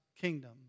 kingdom